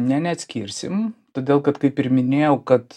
ne neatskirsim todėl kad kaip ir minėjau kad